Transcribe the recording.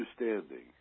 understanding